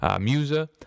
Musa